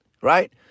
right